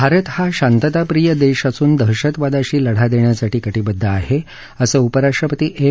भारत हा शांतताप्रिय देश असून दहशतवादाशी लढा देण्यासाठी कटीबद्ध आहे असं उपराष्ट्रपती एम